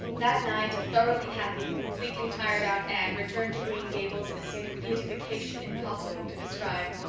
that night a thoroughly happy, completely tired-out anne returned to green gables in a state of beatification impossible to describe.